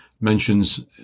mentions